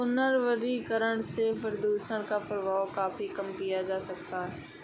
पुनर्वनीकरण से प्रदुषण का प्रभाव काफी कम किया जा सकता है